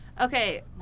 Okay